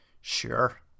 sure